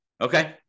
Okay